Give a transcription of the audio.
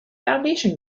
foundation